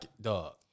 dog